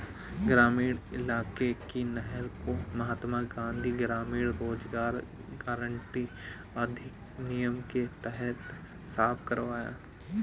ग्रामीण इलाके की नहर को महात्मा गांधी ग्रामीण रोजगार गारंटी अधिनियम के तहत साफ करवाया